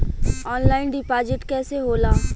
Online deposit कैसे होला?